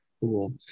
Cool